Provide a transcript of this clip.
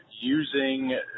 using